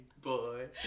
boy